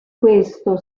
questo